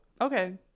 okay